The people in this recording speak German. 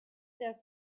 der